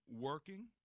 working